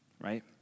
right